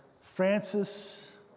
Francis